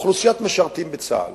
אוכלוסיית המשרתים בצה"ל.